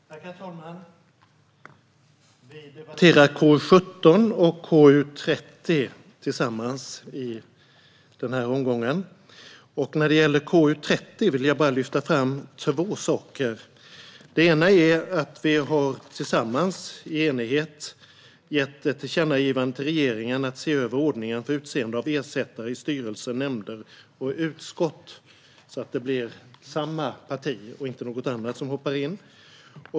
Herr talman! Vi debatterar KU17 och KU30 tillsammans i den här omgången. När det gäller KU30 vill jag lyfta fram två saker. Den ena är att vi tillsammans, i enighet, har riktat ett tillkännagivande till regeringen om att se över ordningen för utseende av ersättare i styrelser, nämnder och utskott, så att det blir en företrädare för samma parti - och inte något annat - som hoppar in.